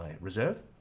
reserve